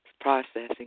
Processing